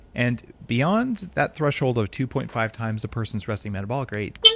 and beyond that threshold of two point five times a person's resting metabolic rate,